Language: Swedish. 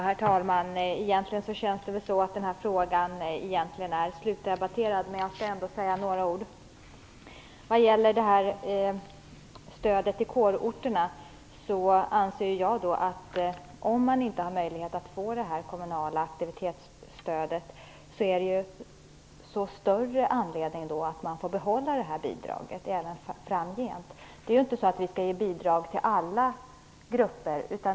Herr talman! Egentligen känns den här frågan slutdebatterad. Men jag skall ändå säga några ord. Om kårorterna inte har möjlighet att få kommunalt aktivitetsstöd anser jag att det är desto större anledning att de får behålla det statliga bidraget även framgent. Vi skall inte ge bidrag till alla grupper.